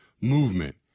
movement